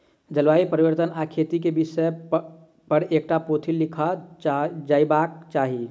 जलवायु परिवर्तन आ खेती के विषय पर एकटा पोथी लिखल जयबाक चाही